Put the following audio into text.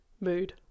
Mood